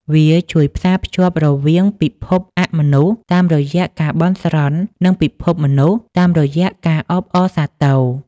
វាជួយផ្សារភ្ជាប់រវាងពិភពអមនុស្សតាមរយៈការបន់ស្រន់ និងពិភពមនុស្សតាមរយៈការអបអរសាទរ។